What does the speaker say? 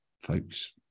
folks